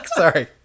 sorry